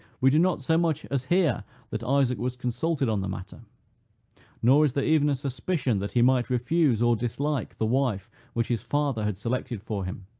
we do not so much as hear that isaac was consulted on the matter nor is there even a suspicion, that he might refuse or dislike the wife which his father had selected for him.